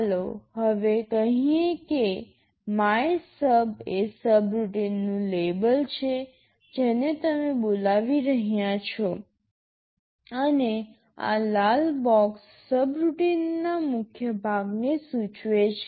ચાલો આપણે કહીએ કે MYSUB એ સબરૂટિનનું લેબલ છે જેને તમે બોલાવી રહ્યાં છો અને આ લાલ બોક્સ સબરૂટિન ના મુખ્ય ભાગને સૂચવે છે